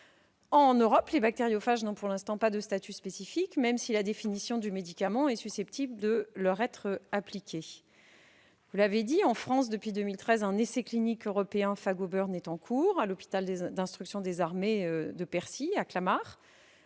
En Europe, les bactériophages n'ont pour l'instant pas de statut spécifique, même si la définition du médicament est susceptible de leur être appliquée. En France, depuis 2013, l'essai clinique européen Phagoburn est en cours à l'hôpital d'instruction des armées Percy, à Clamart,